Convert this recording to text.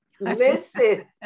listen